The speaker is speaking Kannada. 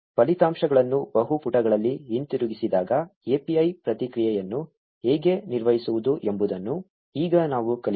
ಫಲಿತಾಂಶಗಳನ್ನು ಬಹು ಪುಟಗಳಲ್ಲಿ ಹಿಂತಿರುಗಿಸಿದಾಗ API ಪ್ರತಿಕ್ರಿಯೆಯನ್ನು ಹೇಗೆ ನಿರ್ವಹಿಸುವುದು ಎಂಬುದನ್ನು ಈಗ ನಾವು ಕಲಿಯೋಣ